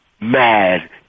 mad